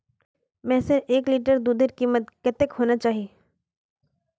भैंसेर एक लीटर दूधेर कीमत कतेक होना चही?